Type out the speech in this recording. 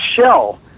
shell